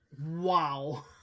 Wow